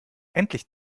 endlich